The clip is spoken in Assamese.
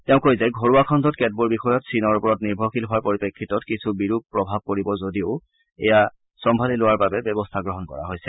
তেওঁ কয় যে ঘৰুৱা খগুত কেতবোৰ বিষয়ত চীনৰ ওপৰত নিৰ্ভৰশীল হোৱাৰ পৰিপ্ৰেক্ষিতত কিছু বিৰূপ প্ৰভাৱ পৰিব যদিও এয়া চম্ভালি লোৱাৰ বাবে ব্যৱস্থা গ্ৰহণ কৰা হৈছে